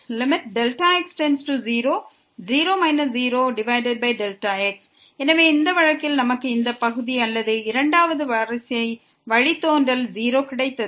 0 0x எனவே இந்த வழக்கில் நமக்கு இந்த பகுதி அல்லது இரண்டாவது வரிசை வழித்தோன்றல் 0 கிடைத்தது